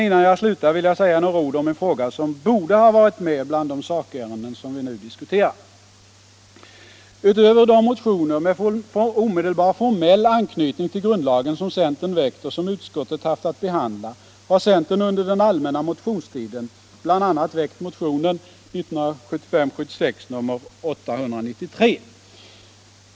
Innan jag slutar vill jag emellertid säga några ord om en fråga som borde ha varit med bland de sakärenden vi nu diskuterar. Utöver de motioner med omedelbar formell anknytning till grundlagen, som centern väckt och som utskottet haft att behandla, har centern under den allmänna motionstiden bl.a. väckt motionen 1975/76:893.